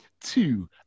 two